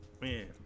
Man